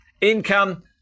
Income